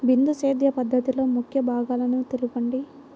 బిందు సేద్య పద్ధతిలో ముఖ్య భాగాలను తెలుపండి?